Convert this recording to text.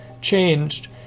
changed